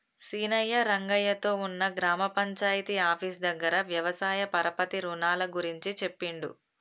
సీనయ్య రంగయ్య తో ఉన్న గ్రామ పంచాయితీ ఆఫీసు దగ్గర వ్యవసాయ పరపతి రుణాల గురించి చెప్పిండు